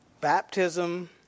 Baptism